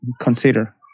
consider